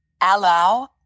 Allow